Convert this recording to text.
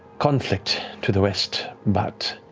conflict to the west, but